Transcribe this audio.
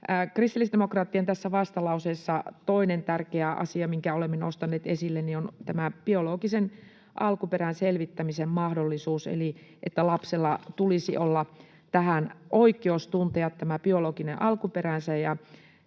Kristillisdemokraattien vastalauseessa toinen tärkeä asia, minkä olemme nostaneet esille, on tämä biologisen alkuperän selvittämisen mahdollisuus eli se, että lapsella tulisi olla oikeus tuntea biologinen alkuperänsä.